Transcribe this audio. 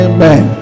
Amen